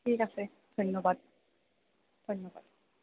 ঠিক আছে ধন্যবাদ ধন্যবাদ